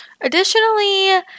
Additionally